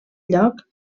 lloc